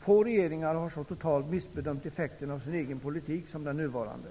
Få regeringar har så totalt missbedömt effekten av sin egen politik som den nuvarande.